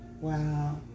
wow